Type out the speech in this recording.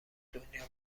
دنیا